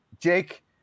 Jake